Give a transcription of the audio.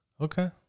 Okay